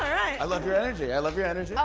i love your energy. i love your energy. oh,